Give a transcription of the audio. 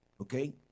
Okay